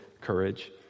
courage